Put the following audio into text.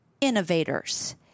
innovators